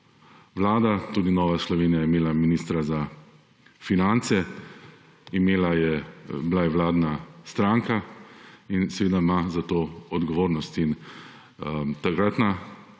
vlada tudi Nova Slovenija je imela ministra z finance, bila je vladna stranka in seveda ima zato odgovornost. Takratna